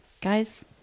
Guys